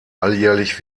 alljährlich